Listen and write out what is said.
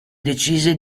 decise